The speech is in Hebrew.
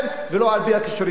ולא על-פי הכישורים שלהם.